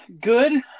Good